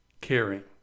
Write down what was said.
caring